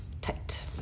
tight